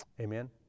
Amen